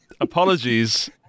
apologies